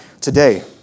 today